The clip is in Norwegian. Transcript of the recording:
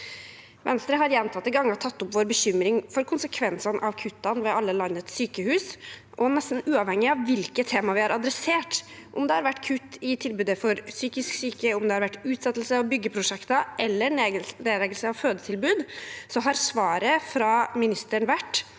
Venstre har gjentatte ganger tatt opp sin bekymring for konsekvensene av kuttene ved alle landets sykehus, og nesten uavhengig av hvilke temaer vi har tatt opp – om det har vært kutt i tilbudet for psykisk syke, om det har vært utsettelse av byggeprosjekter eller nedleggelse av fødetilbud – har svaret fra ministeren vært